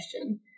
question